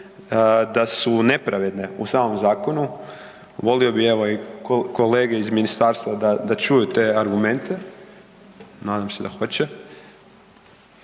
da su nepravedne u samom zakonu. Volio bih, evo, i kolege iz ministarstva da čuju te argumente, nadam se da hoće.